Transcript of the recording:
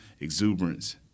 exuberance